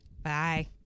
Bye